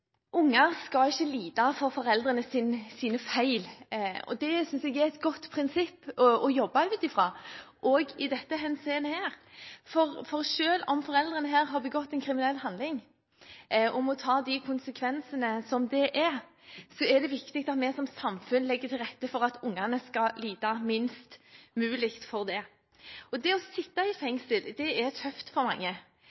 Unger skal ikke lide for foreldrenes feil. Det synes jeg er et godt prinsipp å jobbe ut fra også i dette henseende, for selv om foreldrene har begått en kriminell handling og må ta konsekvensene av det, er det viktig at vi som samfunn legger til rette for at ungene skal lide minst mulig for det. Det å sitte i